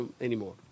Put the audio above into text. anymore